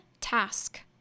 task